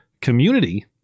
community